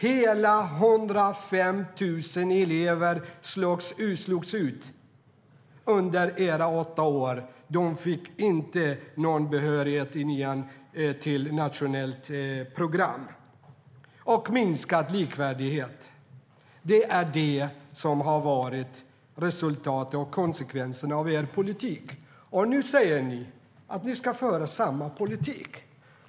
Hela 105 000 elever slogs ut under era åtta år! De fick inte behörighet från nian till gymnasieskolans nationella program. Politiken ledde också till minskad likvärdighet. Detta är resultatet och konsekvenserna av er politik. Nu säger ni att ni ska föra samma politik.